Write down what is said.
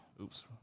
Oops